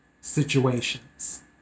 situations